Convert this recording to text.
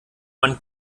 man